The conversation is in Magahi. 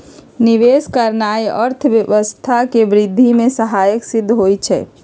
निवेश करनाइ अर्थव्यवस्था के वृद्धि में सहायक सिद्ध होइ छइ